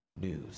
news